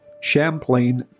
Champlain